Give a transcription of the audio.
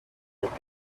that